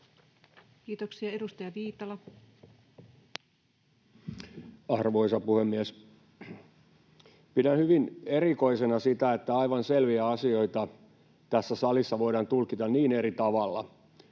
Kiitoksia. — Edustaja Viitala. Arvoisa puhemies! Pidän hyvin erikoisena sitä, että aivan selviä asioita tässä salissa voidaan tulkita niin eri tavalla.